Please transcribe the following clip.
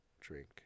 drink